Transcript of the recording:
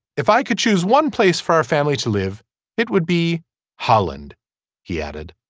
if i could choose one place for our family to live it would be holland he added.